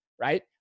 right